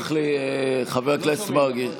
תסלח לי, חבר הכנסת מרגי.